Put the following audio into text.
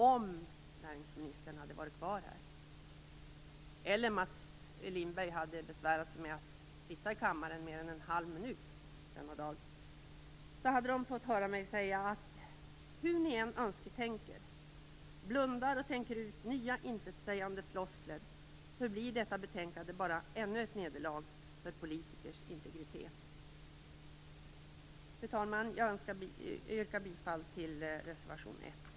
Om näringsministern hade varit kvar här i kammaren och om Mats Lindberg hade gjort sig besväret att denna dag sitta här i kammaren mer än en halv minut, skulle de ha fått höra mig säga: Hur ni än önsketänker, blundar och tänker ut nya intetsägande floskler, så förblir detta betänkande bara ännu ett nederlag för politikers integritet. Fru talman! Jag yrkar bifall till reservationerna 1